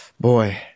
Boy